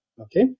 Okay